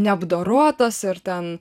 neapdorotas ir ten